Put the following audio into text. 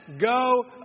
go